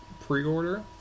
pre-order